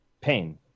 pain